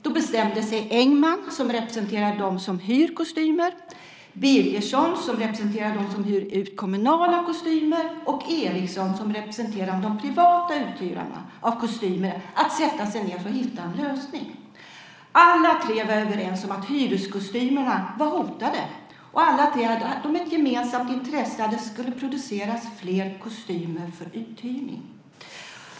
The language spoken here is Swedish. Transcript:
Då bestämde sig Engman, som representerar dem som hyr kostymer, Birgersson, som representerar dem som hyr ut kommunala kostymer och Eriksson, som representerar de privata uthyrarna av kostymer, att sätta sig ned för att hitta en lösning. Alla tre var överens om att hyreskostymerna var hotade och alla tre hade ett gemensamt intresse av att det skulle produceras fler kostymer för uthyrning.